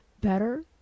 better